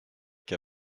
qu’a